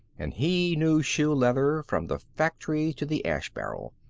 and he knew shoe leather from the factory to the ash barrel.